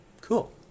Cool